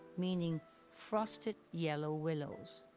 meaning frosted yellow willows.